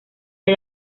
hay